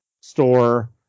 store